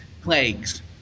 plagues